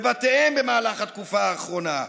בבתיהם במהלך התקופה האחרונה.